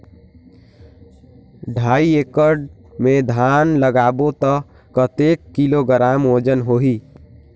ढाई एकड़ मे धान लगाबो त कतेक किलोग्राम वजन होही?